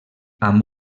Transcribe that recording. amb